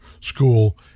school